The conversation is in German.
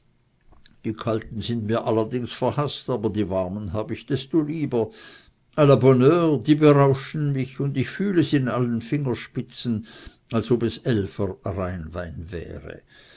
die kalten sind mir allerdings verhaßt aber die warmen hab ich desto lieber a la bonne heure die berauschen mich und ich fühl es in allen fingerspitzen als ob es elfer rheinwein wäre